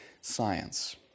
science